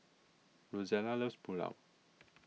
Rozella loves Pulao